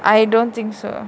I don't think so